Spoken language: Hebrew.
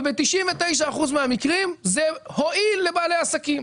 וב-99% מהמקרים זה הועיל לבעלי עסקים.